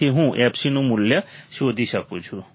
તેથી હું fc નું મૂલ્ય શોધી શકું છું